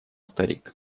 старик